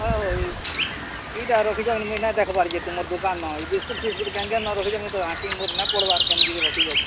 ହଏ ହୋ ଇଟା ରଖିଛ କେନ ମୁଇଁ ନାଇଁ ଦେଖ୍ବାର ଯେ ତୁମର୍ ଦୁକାନ୍ନ ଏଇ ବିସ୍କୁଟ୍ ଫିସ୍କୁଟ୍ କେନ୍ କେନ୍ନ ରଖିଛ ମୋର୍ ଆଖି ନାଇଁ ପଡ଼୍ବାର୍ କେନ୍ ଚିଜ୍ ରଖିଛ ଯେ